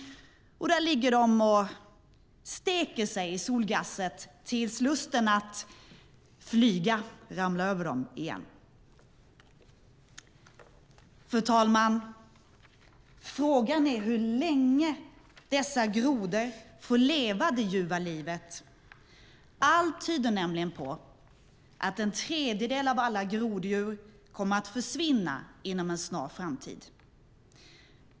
Där ligger de och steker sig i solgasset tills lusten att flyga ramlar över dem igen. Fru talman! Frågan är hur länge dessa grodor får leva det ljuva livet. Allt tyder nämligen på att en tredjedel av alla groddjur kommer att försvinna inom en snar framtid.